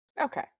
okay